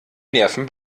nerven